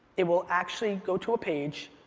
it will actually go to a page,